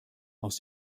aus